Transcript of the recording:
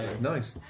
nice